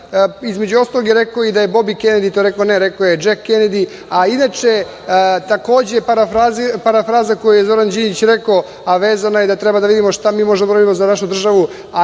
Između ostalog, je rekao da je i Bobi Kenedi to rekao, ne, rekao je Džek Kenedi. Inače, takođe, parafraza koju je Zoran Đinđić rekao, a vezana je da treba da vidimo šta mi možemo da uradimo za našu državu,